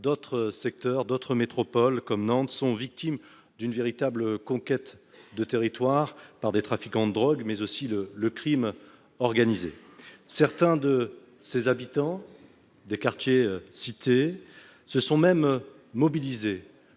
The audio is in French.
mais aussi d'autres métropoles, comme Nantes, sont victimes d'une véritable conquête de territoires par des trafiquants de drogue et par le crime organisé. Certains des habitants de ces quartiers se sont même mobilisés